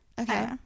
Okay